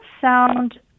sound